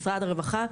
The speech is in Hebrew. משרד הרווחה.